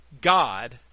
God